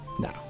no